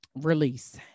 release